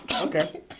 Okay